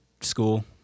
School